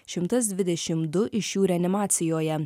šimtas dvidešim du iš jų reanimacijoje